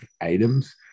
items